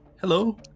Hello